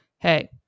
Hey